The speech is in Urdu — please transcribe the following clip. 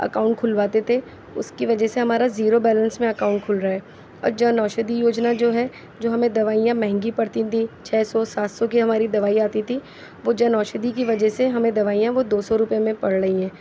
اکاؤنٹ کھلواتے تھے اس کی وجہ سے ہمارا زیرو بیلنس میں اکاؤنٹ کھل رہا ہے اور جن اوشدھی یوجنا جو ہے جو ہمیں دوائیاں مہنگی پڑتی تھیں چھ سو سات سو کی ہماری دوائی آتی تھی وہ جن اوشدھی کی وجہ سے ہمیں دوائیاں وہ دو سو روپے میں پڑ رہی ہیں